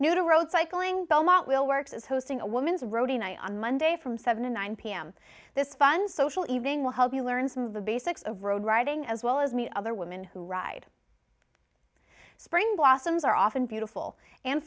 to road cycling belmont will works is hosting a woman's road on monday from seven to nine pm this fun social evening will help you learn some of the basics of road riding as well as meet other women who ride spring blossoms are often beautiful and